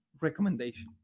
Recommendation